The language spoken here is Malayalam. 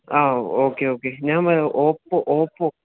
ആ ഓക്കെ ഓക്കെ ഞാൻ വരാം ഓപ്പോ ഓപ്പോ